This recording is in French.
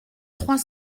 trois